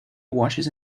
watches